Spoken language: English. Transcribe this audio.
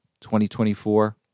2024